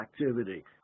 activity